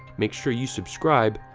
make sure you subscribe,